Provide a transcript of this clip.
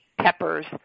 peppers